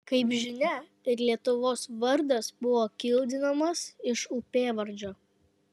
kaip žinia ir lietuvos vardas buvo kildinamas iš upėvardžio